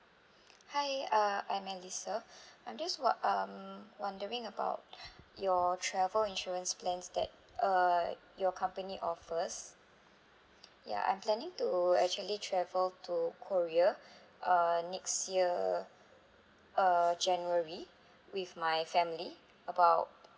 hi uh I'm alisa I just won~ um wondering about your travel insurance plans that err your company offers ya I'm planning to actually travel to korea uh next year uh january with my family about